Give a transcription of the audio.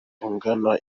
ungana